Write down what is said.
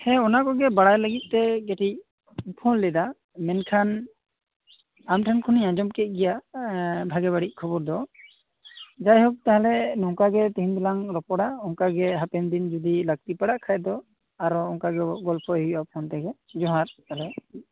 ᱦᱮᱸ ᱚᱱᱟᱠᱚᱜᱮ ᱵᱟᱲᱟᱭ ᱞᱟ ᱜᱤᱫ ᱛᱮ ᱠᱟ ᱴᱤᱡ ᱯᱷᱳᱱ ᱞᱮᱫᱟ ᱢᱮᱱᱠᱷᱟᱱ ᱟᱢᱴᱷᱮᱱ ᱠᱷᱚᱱᱤᱧ ᱟᱸᱡᱚᱢ ᱠᱮᱫ ᱜᱮᱭᱟ ᱮᱸ ᱵᱷᱟᱜᱮ ᱵᱟᱹᱲᱤᱡ ᱠᱷᱚᱵᱚᱨ ᱫᱚ ᱡᱟᱭᱦᱳᱠ ᱛᱟᱦᱚᱞᱮ ᱱᱚᱝᱠᱟ ᱜᱮ ᱛᱮᱦᱮᱧ ᱫᱚᱞᱟᱝ ᱨᱚᱯᱚᱲᱟ ᱚᱱᱠᱟ ᱜᱮ ᱦᱟᱯᱮᱱ ᱫᱤᱱ ᱡᱩᱫᱤ ᱞᱟ ᱠᱛᱤ ᱯᱟᱲᱟᱜ ᱠᱷᱟᱱ ᱫᱚ ᱟᱨᱦᱚᱸ ᱚᱱᱠᱟ ᱜᱮ ᱜᱚᱞᱯᱚᱭ ᱦᱩᱭᱩᱜ ᱟ ᱯᱷᱳᱱ ᱛᱮᱜᱮ ᱡᱚᱦᱟᱨ ᱛᱟᱞᱦᱮ